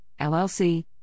LLC